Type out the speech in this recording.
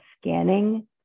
scanning